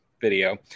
video